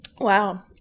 Wow